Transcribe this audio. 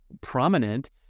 prominent